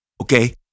okay